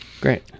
Great